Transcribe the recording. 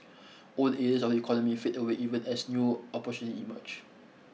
old ears of economy fade away even as new emerge